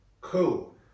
Cool